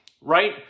right